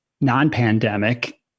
non-pandemic